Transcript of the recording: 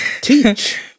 teach